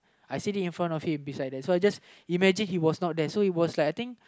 I sitting him in front of him beside there so I just imagine he was not there so he was like I think